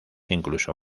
incluso